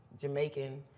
Jamaican